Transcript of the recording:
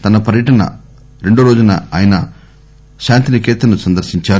తన పర్యటన రెండో రోజున షా శాంతినికేతన్ ను సందర్భించారు